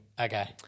Okay